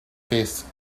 fix